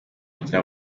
kugira